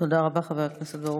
תודה רבה, חבר הכנסת ברוכי.